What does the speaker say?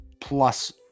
plus